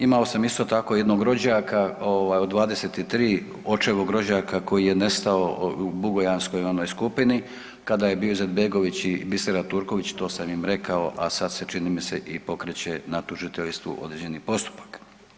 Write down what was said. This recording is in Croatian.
Imao sam isto tako jednog rođaka ovaj od 23, očevog rođaka koji je nestao u Bugojanskoj onoj skupini kada je bio Izetbegović i Bisera Turković, to sam im rekao, a sad se čini mi se i pokreće na tužiteljstvu određeni postupak.